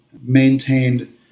maintained